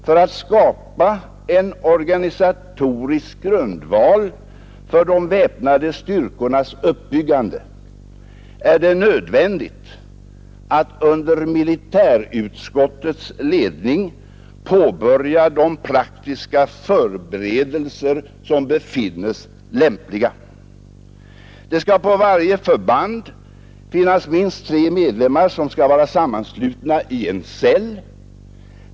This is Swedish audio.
——— För att skapa en organisatorisk grundval för de väpnade styrkornas uppbyggande är det nödvändigt att under militärutskottets ledning påbörja de praktiska 13 förberedelser som befinns lämpliga.” Det skall på varje förband finnas minst tre medlemmar, som skall vara sammanslutna i en cell.